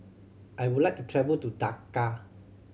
I would like to travel to Dakar